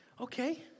okay